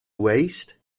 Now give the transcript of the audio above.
waste